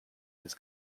his